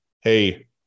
hey